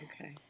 Okay